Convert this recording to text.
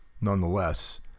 nonetheless